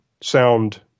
sound